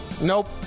Nope